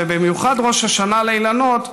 ובמיוחד ראש השנה לאילנות,